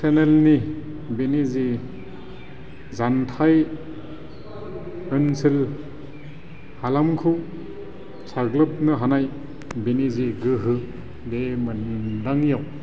चेनेलनि बेनि जि जानथाइ ओनसोल हालामखौ साग्लोबनो हानाय बिनि जि गोहो बे मोनदाङैआव